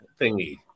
thingy